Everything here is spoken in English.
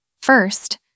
first